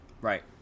Right